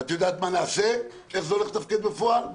את יודעת מה נעשה ואיך זה הולך לתפקד בפועל?